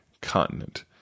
continent